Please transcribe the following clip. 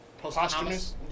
Posthumous